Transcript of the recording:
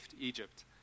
Egypt